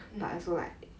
mm